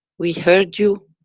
we heard you.